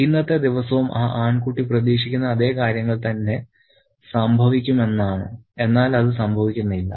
ഇന്നത്തെ ദിവസവും ആ ആൺകുട്ടി പ്രതീക്ഷിക്കുന്നത് അതേ കാര്യങ്ങൾ തന്നെ സംഭവിക്കുമെന്നാണ് എന്നാൽ അത് സംഭവിക്കുന്നില്ല